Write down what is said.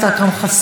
אינו נוכח,